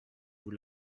vous